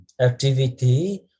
activity